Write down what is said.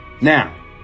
Now